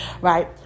right